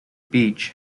beach